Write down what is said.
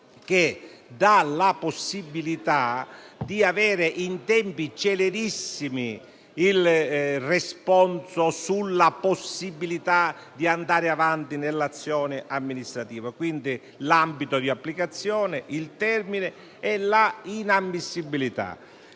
che dà la possibilità di avere in tempi celerissimi il responso sulla possibilità di andare avanti nell'azione amministrativa. Si prevedono l'ambito di applicazione, il termine e la inammissibilità.